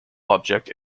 object